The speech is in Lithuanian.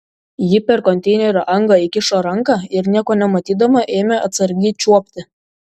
ji per konteinerio angą įkišo ranką ir nieko nematydama ėmė atsargiai čiuopti